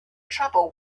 trouble